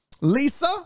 Lisa